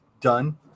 done